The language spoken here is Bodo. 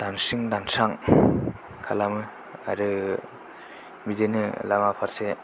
दानस्रिं दानस्रां खालामो आरो बिदिनो लामाफारसे